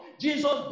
Jesus